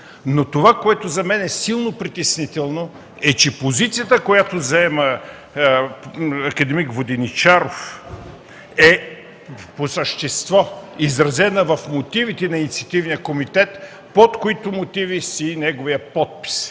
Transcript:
позиция. За мен е силно притеснително, че позицията, която заема акад. Воденичаров, е по същество изразена в мотивите на инициативния комитет, под които мотиви стои неговият подпис.